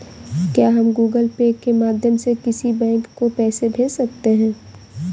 क्या हम Google Pay के माध्यम से किसी बैंक को पैसे भेज सकते हैं?